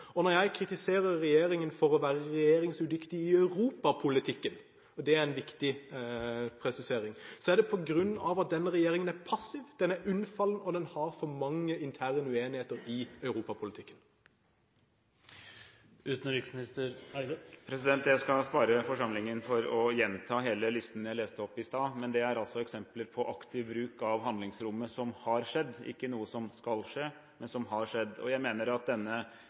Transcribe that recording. Når jeg kritiserer regjeringen for å være regjeringsudyktig i europapolitikken – og det er en viktig presisering – så er det på grunn av at denne regjeringen er passiv, den er unnfallende, og den har for mange interne uenigheter i europapolitikken. Jeg skal spare forsamlingen for å gjenta hele listen jeg leste opp i stad, men det er altså eksempler på aktiv bruk av handlingsrommet som har skjedd – ikke noe som skal skje, men som har skjedd. Jeg tror det står seg å si at denne